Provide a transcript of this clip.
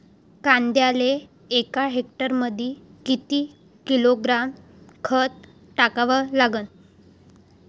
कांद्याले एका हेक्टरमंदी किती किलोग्रॅम खत टाकावं लागन?